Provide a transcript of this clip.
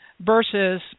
versus